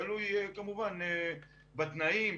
תלוי כמובן בתנאים,